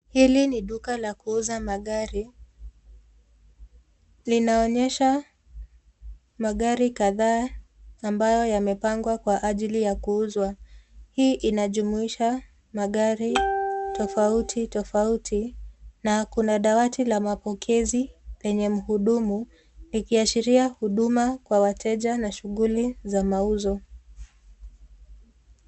Hili ni duka la kuuza magari. Linaonyesha magari kadhaa ambayo yamepangwa kwa ajili ya kuuzwa. Hii inajumuisha magari tofauti tofauti na kuna dawati la mapokezi lenye mhudumu likiashiria huduma kwa wateja na shughuli za mauzo.